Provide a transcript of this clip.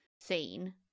scene